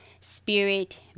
spirit